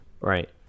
right